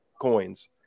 coins